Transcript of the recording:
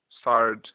started